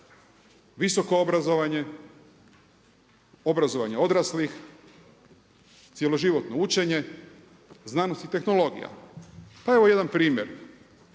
visoko obrazovanje, obrazovanje odraslih, cjeloživotno učenje, znanost i tehnologija. Pa evo jedan primjer